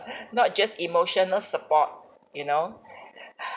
not just emotional support you know